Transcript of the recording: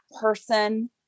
person